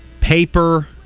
Paper